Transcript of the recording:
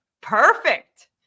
Perfect